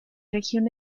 región